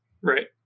Right